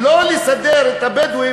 הם לא היו בנגב?